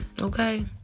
Okay